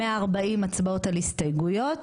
140 הצבעות על הסתייגויות.